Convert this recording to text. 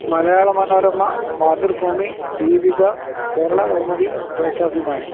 Malayala Manorama Mathrubhumi Deepika Kerala Kaumudi Deshabhimani